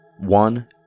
One